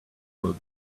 will